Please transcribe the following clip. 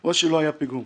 או שלא היה פיגום.